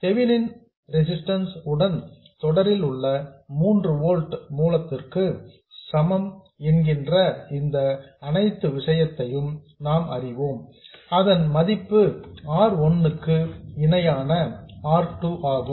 தெவினின் ரெசிஸ்டன்ஸ் உடன் தொடரில் உள்ள 3 ஓல்ட்ஸ் மூலத்திற்கு சமம் என்கின்ற இந்த அனைத்து விஷயத்தையும் நாம் அறிவோம் அதன் மதிப்பு R 1 க்கு இணையான R 2 ஆகும்